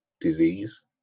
disease